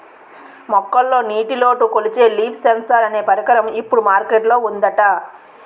మొక్కల్లో నీటిలోటు కొలిచే లీఫ్ సెన్సార్ అనే పరికరం ఇప్పుడు మార్కెట్ లో ఉందట